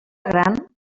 gran